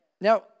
Now